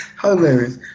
hilarious